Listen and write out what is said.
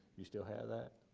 you still have that?